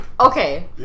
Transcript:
okay